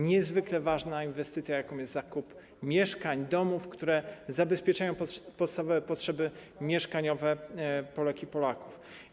Niezwykle ważna jest inwestycja, jaką jest zakup mieszkań, domów, które zabezpieczają podstawowe potrzeby mieszkaniowe Polek i Polaków.